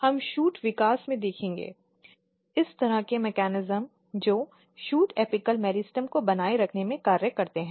हम शूट विकास में देखेंगे इसी तरह के तंत्र जो शूट एपिकल मेरिस्टेम को बनाए रखने में कार्य करते हैं